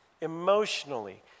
emotionally